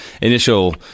initial